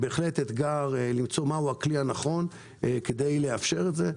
בהחלט מאתגר למצוא מה הוא הכלי הנכון כדי לאפשר את זה,